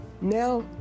Now